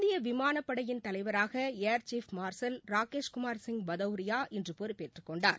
இந்திய விமானப்படையின் தலைவராக ஏர்சீஃப் மார்ஷல் ராகேஷ்குமார் சிங் பதௌரியா இன்று பொறுப்பேற்று கொண்டார்